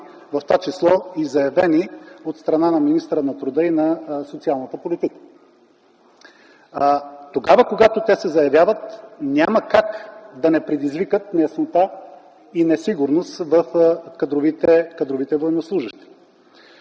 в това число и заявени от страна на министъра на труда и социалната политика. Тогава когато те се заявяват няма как да не предизвикат неяснота и несигурност в кадровите военнослужещи.